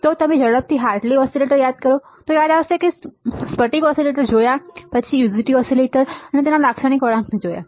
જો તમે ઝડપથી હાર્ટલી ઓસિલેટર યાદ કરો તો આ યાદ આવશે પછી સ્ટિટિક ઓસિલેટર જોયા અમે UJT ઓસિલેટર અને તેના લાક્ષણિક વળાંકને જોયા છે